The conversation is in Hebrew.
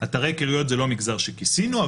זה לא מגזר שכיסינו,